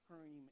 cream